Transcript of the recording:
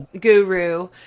guru